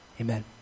Amen